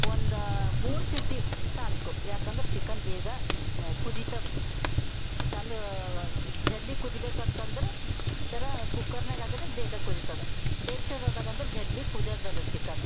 ಒಂದು ಮೂರು ಸೀಟಿ ಸಾಕು ಏಕೆಂದ್ರೆ ಚಿಕನ್ ಬೇಗ ಕುದೀತದೆ ಚೆಂದ ಜಲ್ದಿ ಕುದಿಬೇಕಂತಂದ್ರೆ ಜರ ಕುಕ್ಕರ್ನಾಗ ಆದರೆ ಬೇಗ ಕುದೀತದ ಡೇಕ್ಷದದಗಂದ್ರೆ ಜಲ್ದಿ ಕುದಿಯಲ್ದು ಅದು ಚಿಕನು